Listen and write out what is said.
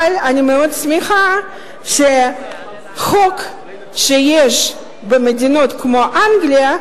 אבל אני מאוד שמחה שחוק שיש במדינות כמו אנגליה,